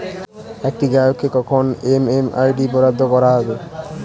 একটি গ্রাহককে কখন এম.এম.আই.ডি বরাদ্দ করা হবে?